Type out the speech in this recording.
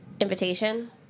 invitation